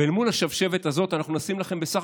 ואל מול השבשבת הזאת אנחנו נעשה בסך